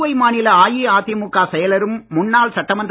புதுவை மாநில அஇஅதிமுக செயலரும் முன்னாள் சட்டமன்ற